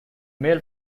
male